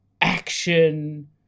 action